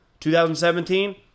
2017